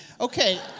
okay